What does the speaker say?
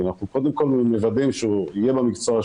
אנחנו קודם כל מוודאים שהוא יהיה במקצוע,